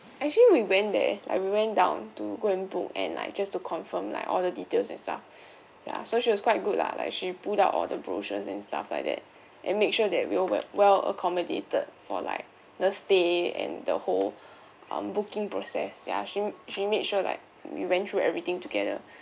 actually we went there like we went down to go and book and like just to confirm like all the details and stuff ya so she was quite good lah like she pulled out all the brochures and stuff like that and make sure that we were we~ well accommodated for like the stay and the whole um booking process ya she she made sure like we went through everything together